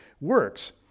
works